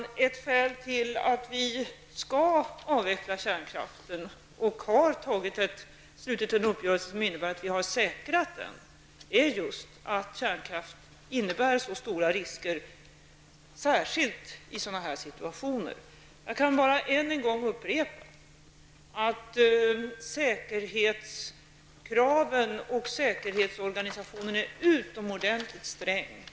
Herr talman! Ett skäl till att vi skall avveckla kärnkraften och därför har slutit en uppgörelse som innebär att vi har säkrat detta är just att kärnkraft innebär så stora risker, särskilt i sådana här situationer. Jag kan bara än en gång upprepa att säkerhetskraven är utomordentligt stränga.